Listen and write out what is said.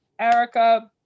Erica